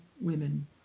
women